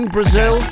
Brazil